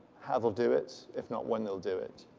how they'll do it if not when they'll do it.